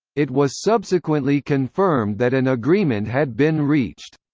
it was subsequently confirmed that an agreement had been reached.